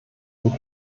gut